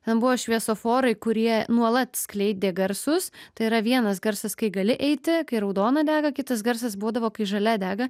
ten buvo šviesoforai kurie nuolat skleidė garsus tai yra vienas garsas kai gali eiti kai raudona dega kitas garsas būdavo kai žalia dega